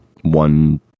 one